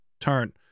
turn